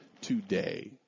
today